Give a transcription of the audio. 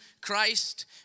Christ